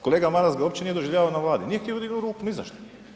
Kolega Maras ga uopće nije doživljavao na Vladi, nije htio dignut ruku ni za što.